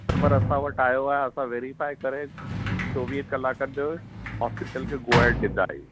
customer असां वटि आयो आहे असां वैरीफाइ करे चोवीह कलाकनि में हॉस्पिटल खे गो अहेड डींदा आहियूं